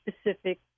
specific